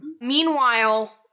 Meanwhile